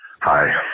Hi